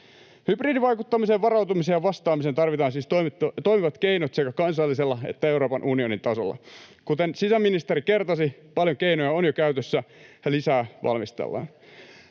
Hybridivaikuttamiseen varautumiseen ja vastaamiseen tarvitaan siis toimivat keinot sekä kansallisella että Euroopan unionin tasolla. Kuten sisäministeri kertasi, paljon keinoja on jo käytössä, ja lisää valmistellaan.